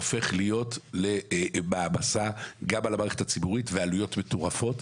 הופך להיות למעמסה גם על המערכת הציבורית ועם עלויות מטורפות,